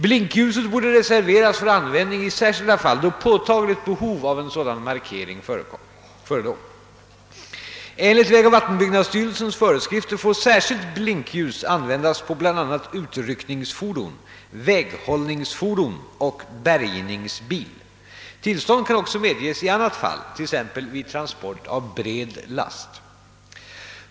Blinkljuset borde reserveras för användning i särskilda fall, då påtagligt behov av sådan markering förelåg. Enligt vägoch vattenbyggnadsstyrelsens föreskrifter får särskilt blinkljus användas på bl.a. utryckningsfordon, väghållningsfordon och bärgningsbil. Tillstånd kan också medges i annat fall, t.ex. vid transport av bred last.